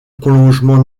prolongement